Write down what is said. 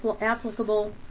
applicable